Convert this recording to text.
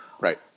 right